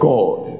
God